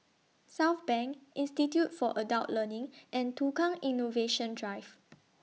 Southbank Institute For Adult Learning and Tukang Innovation Drive